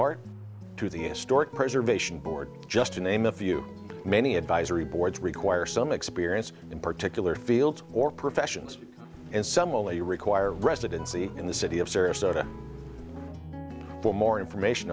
historic preservation board just to name a few many advisory boards require some experience in particular fields or professions and some only require residency in the city of sarasota for more information